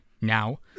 now